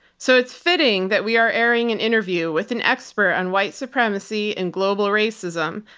so it's fitting that we are airing an interview with an expert on white supremacy and global racism,